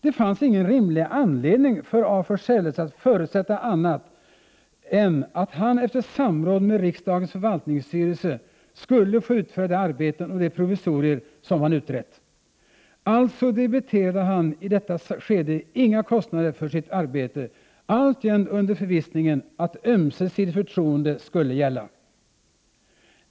Det fanns ingen rimlig anledning för af Forselles att förutsätta annat än att han efter samråd med riksdagens förvaltningsstyrelse skulle få utföra de arbeten och de provisorier som han utrett. Alltså debiterade han i detta skede inga kostnader för sitt arbete — alltjämt under förvissningen att ömsesidigt förtroende skulle gälla.